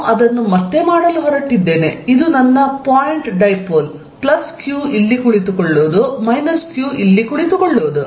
ನಾನು ಅದನ್ನು ಮತ್ತೆ ಮಾಡಲು ಹೊರಟಿದ್ದೇನೆ ಇದು ನನ್ನ ಪಾಯಿಂಟ್ ಡೈಪೋಲ್ ಚಾರ್ಜ್ q ಇಲ್ಲಿ ಕುಳಿತುಕೊಳ್ಳುವುದು ಮೈನಸ್ q ಇಲ್ಲಿ ಕುಳಿತುಕೊಳ್ಳುವುದು